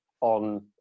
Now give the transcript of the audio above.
on